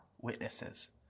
witnesses